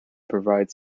provide